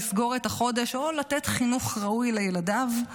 לסגור את החודש או לתת חינוך ראוי לילדיו,